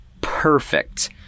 perfect